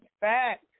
back